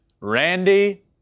Randy